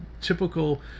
Typical